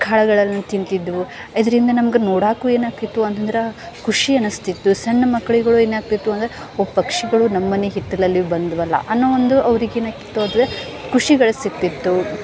ಕಾಳುಗಳನ್ನು ತಿಂತಿದ್ವು ಇದರಿಂದ ನಮ್ಗೂ ನೋಡೋಕ್ಕೂ ಏನಾಗ್ತಿತ್ತು ಅಂತಂದ್ರೆ ಖುಷಿ ಅನ್ನಿಸ್ತಿತ್ತು ಸಣ್ಣ ಮಕ್ಕಳಿಗೂ ಏನಾಗ್ತಿತ್ತು ಅಂದ್ರೆ ಒಬ್ಬ ಪಕ್ಷಿಗಳು ನಮ್ಮ ಮನೆ ಹಿತ್ತಲಲ್ಲಿ ಬಂದವಲ್ಲ ಅನ್ನೋ ಒಂದು ಅವರಿಗೇನಾಗ್ತಿತ್ತು ಅಂದರೆ ಖುಷಿಗಳು ಸಿಗ್ತಿತ್ತು